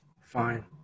Fine